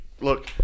look